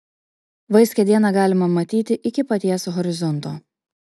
vaiskią dieną galima matyti iki paties horizonto